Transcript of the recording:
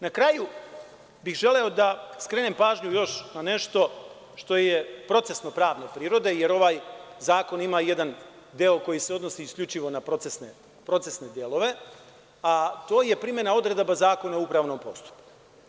Na kraju bih želeo da skrenem pažnju još na nešto što je procesno-pravne prirode, jer ovaj zakon ima jedna deo koji se odnosi isključivo na procesne delove, a to je primena odredaba zakona u upravnom postupku.